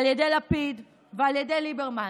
על ידי לפיד ועל ידי ליברמן.